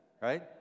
right